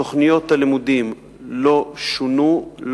תוכניות הלימודים לא שונו,